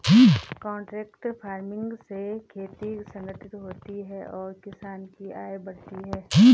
contract farming से खेती संगठित होती है और किसानों की आय बढ़ती है